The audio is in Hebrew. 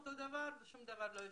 אותו הדבר, שום דבר לא השתנה.